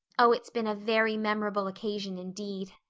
oh, it's been a very memorable occasion indeed.